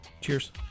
Cheers